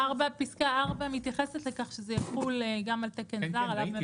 פסקה 4 מתייחסת לכך שזה יחול גם על תקן זר עליו מבוסס התקן הישראלי.